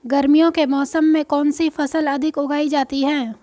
गर्मियों के मौसम में कौन सी फसल अधिक उगाई जाती है?